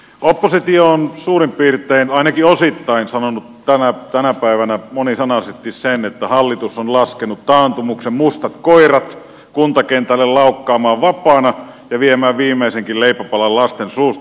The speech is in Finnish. oppositio on suurin piirtein ainakin osittain sanonut tänä päivänä monisanaisesti sen että hallitus on laskenut taantumuksen mustat koirat kuntakentälle laukkaamaan vapaana ja viemään viimeisenkin leipäpalan lasten suusta